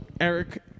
Eric